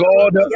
God